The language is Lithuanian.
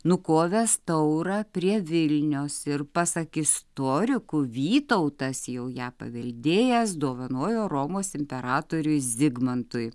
nukovęs taurą prie vilniaus ir pasak istorikų vytautas jau ją paveldėjęs dovanojo romos imperatoriui zigmantui